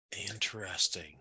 Interesting